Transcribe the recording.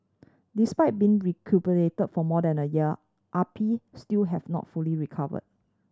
despite being recuperated for more than a year Ah Pi still have not fully recovered